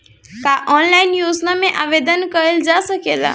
का ऑनलाइन योजना में आवेदन कईल जा सकेला?